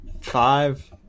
five